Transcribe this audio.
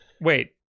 Wait